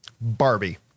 Barbie